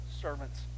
servants